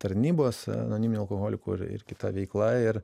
tarnybos anoniminių alkoholikų ir ir kita veikla ir